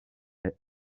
est